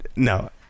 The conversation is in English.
No